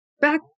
back